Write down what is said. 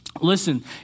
Listen